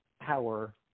power